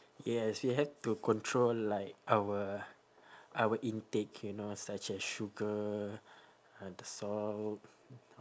yes she had to control like our our intake you know such as sugar uh the salt